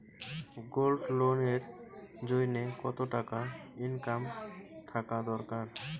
Gold loan এর জইন্যে কতো টাকা ইনকাম থাকা দরকার?